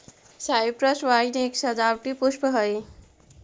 cypress vine एक सजावटी पुष्प हई